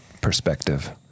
perspective